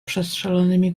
przestrzelonymi